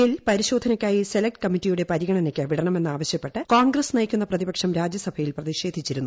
bill പരിശോധനയ്ക്കായി select കമ്മിറ്റിയുടെ പരിഗണനയ്ക്ക് വിടണമെന്നാവശ്യപ്പെട്ട് കോൺഗ്രസ്സ് നയിക്കുന്ന പ്രതിപക്ഷം രാജ്യസഭയിൽ പ്രതിഷേധിച്ചിരുന്നു